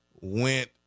went